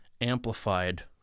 Amplified